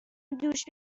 دوش